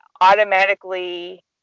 automatically